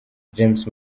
james